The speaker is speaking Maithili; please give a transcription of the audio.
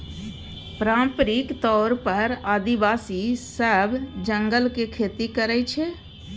पारंपरिक तौर पर आदिवासी सब जंगलक खेती करय छै